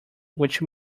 which